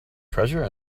treasure